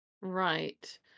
Right